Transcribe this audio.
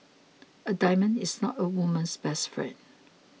a diamond is not a woman's best friend